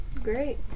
Great